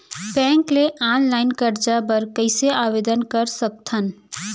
Bank ले online करजा बर कइसे आवेदन कर सकथन?